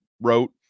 wrote